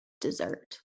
dessert